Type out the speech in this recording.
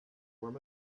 where